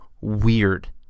weird